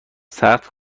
سخت